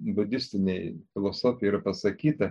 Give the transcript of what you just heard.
budistinėj filosofijoj yra pasakyta